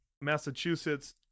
massachusetts